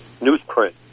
newsprint